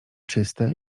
czyste